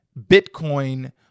Bitcoin